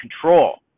control